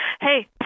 hey